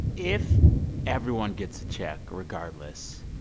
if everyone gets a check regardless,